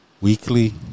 Weekly